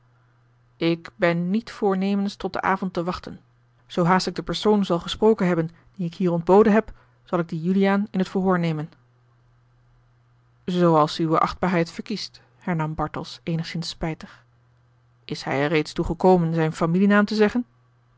ik ben niet voornemens tot den avond te wachten zoo haast ik den persoon zal gesproken hebben dien ik hier ontboden heb zal ik dien juliaan in t verhoor nemen zooals uwe achtbaarheid verkiest hernam bartels eenigszins spijtig is hij er reeds toe gekomen zijn familienaam te zeggen